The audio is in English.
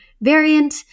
variant